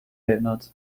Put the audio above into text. erinnert